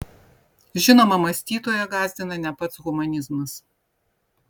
žinoma mąstytoją gąsdina ne pats humanizmas